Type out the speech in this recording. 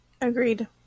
Agreed